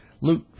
Luke